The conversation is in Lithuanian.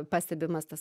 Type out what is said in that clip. pastebimas tas